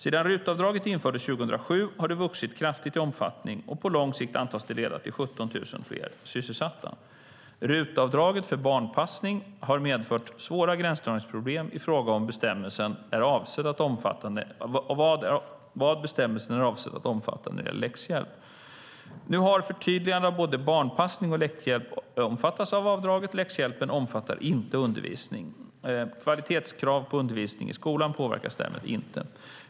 Sedan RUT-avdraget infördes 2007 har det vuxit kraftigt i omfattning, och på lång sikt antas det leda till 17 000 fler sysselsatta. RUT-avdraget för barnpassning har medfört svåra gränsdragningsproblem i fråga om vad bestämmelsen är avsedd att omfatta när det gäller läxhjälp. Nu har det blivit ett förtydligande om att både barnpassning och läxhjälp omfattas av avdraget. Läxhjälpen omfattar inte undervisning. Kvalitetskrav på undervisningen i skolan påverkas därmed inte.